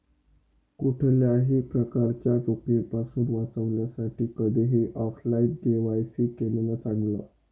कुठल्याही प्रकारच्या चुकीपासुन वाचण्यासाठी कधीही ऑफलाइन के.वाय.सी केलेलं चांगल